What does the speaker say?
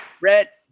Brett